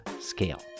scale